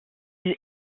est